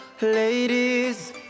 Ladies